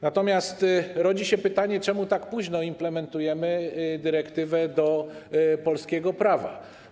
Natomiast rodzi się pytanie, czemu tak późno implementujemy dyrektywę do polskiego prawa.